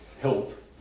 help